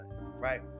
right